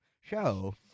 Show